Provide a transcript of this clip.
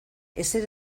ezer